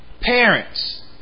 Parents